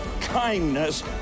kindness